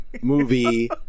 movie